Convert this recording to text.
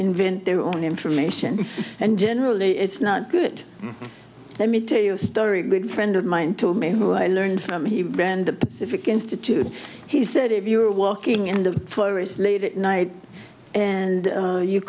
invent their own information and generally it's not good let me tell you a story a good friend of mine told me who i learned from he ran the civic institute he said if you were walking in the forest late at night and